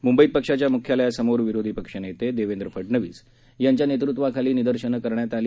मुंबईत पक्षाच्या मुख्यालयासमोर विरोधी पक्षनेते देवेंद्र फडनवीस यांच्या नेतृत्वाखाली निदर्शनं करण्यात आली